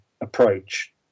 approach